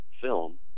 film